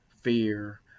fear